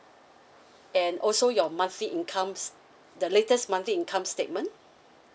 and also your monthly incomes the latest monthly income statement